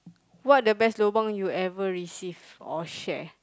what are the best lobang you ever receive or share